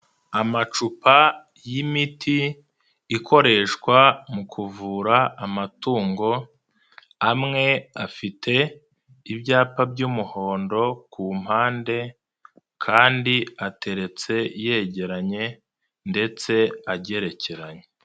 Amacupa y'imiti ikoreshwa mu kuvura amatungo, amwe afite ibyapa by'umuhondo ku mpande kandi ateretse yegeranye ndetse agerekeranye.